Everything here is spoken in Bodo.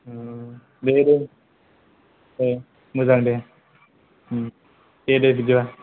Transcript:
ओ बेहायबो ओ मोजां दे ओम दे दे बिदिबा